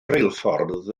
rheilffordd